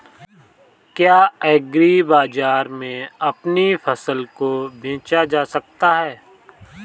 क्या एग्रीबाजार में अपनी फसल को बेचा जा सकता है?